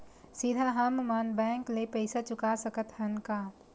सीधा हम मन बैंक ले पईसा चुका सकत हन का?